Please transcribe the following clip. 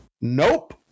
Nope